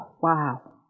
Wow